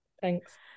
Thanks